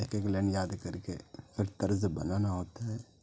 ایک ایک لائن یاد کر کے ہر طرز بنانا ہوتا ہے